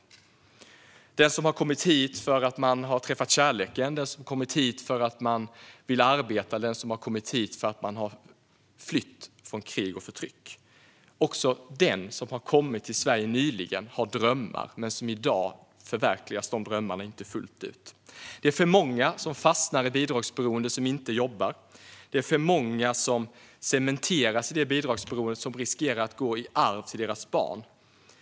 De gäller den som har kommit hit för att han eller hon har träffat kärleken, den som har kommit hit för att han eller hon vill arbeta och den som har kommit hit för att han eller hon har flytt från krig och förtryck. Också den som har kommit till Sverige nyligen har drömmar, men i dag förverkligas dessa drömmar inte fullt ut. Det är för många som fastnar i bidragsberoende och som inte jobbar. Det är för många som cementeras i det bidragsberoende som riskerar att gå i arv till deras barn.